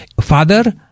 Father